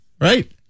right